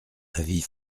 avis